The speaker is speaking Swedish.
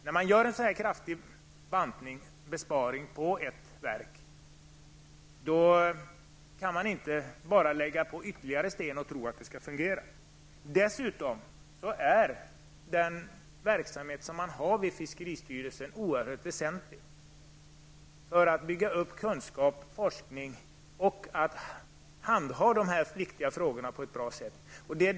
När man gör en så kraftig besparing på ett verk, då kan man inte bara lägga på det ytterligare bördor och tro att det skall fungera. Dessutom är den verksamhet som bedrivs vid fiskeristyrelsen oerhört väsentlig för att bygga upp kunskap och forskning och för att handha de här viktiga frågorna på ett bra sätt.